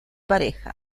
pareja